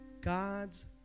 God's